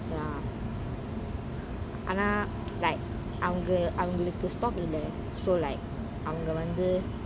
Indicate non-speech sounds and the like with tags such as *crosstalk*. ya ஆனா:ana *noise* like அவங்க அவங்களுக்கு:avanga avangaluku stock இல்ல:illa so like அவங்க வந்து:avanga vanthu